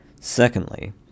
Secondly